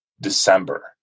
December